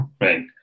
Right